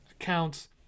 accounts